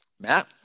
Matt